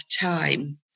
time